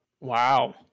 wow